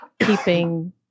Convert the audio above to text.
keeping